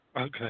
okay